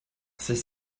c’est